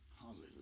Hallelujah